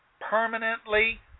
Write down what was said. permanently